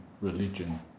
religion